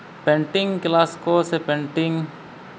painting class ᱠᱚ ᱥᱮ painting